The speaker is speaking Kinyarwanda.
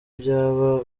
byaba